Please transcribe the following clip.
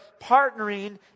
partnering